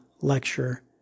lecture